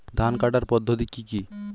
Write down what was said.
ধান কাটার পদ্ধতি কি কি?